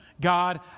God